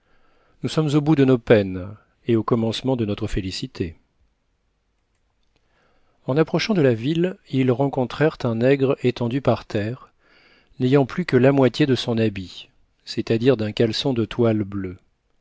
nous sommes au bout de nos peines et au commencement de notre félicité en approchant de la ville ils rencontrèrent un nègre étendu par terre n'ayant plus que la moitié de son habit c'est-à-dire d'un caleçon de toile bleue